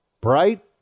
Bright